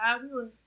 Fabulous